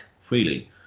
freely